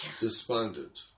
Despondent